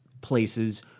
places